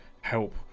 help